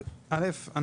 א',